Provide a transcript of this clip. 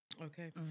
Okay